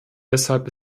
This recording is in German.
deshalb